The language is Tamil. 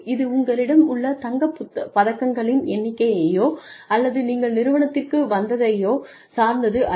இது உங்களிடம் உள்ள தங்கப் பதக்கங்களின் எண்ணிக்கையையோ அல்லது நீங்கள் நிறுவனத்திற்கு வந்ததையோ சார்ந்தது அல்ல